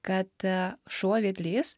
kad šuo vedlys